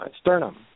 sternum